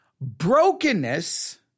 Brokenness